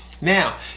Now